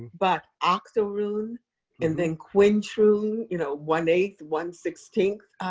but octoroon and then quintroon, you know one eighth, one sixteenth.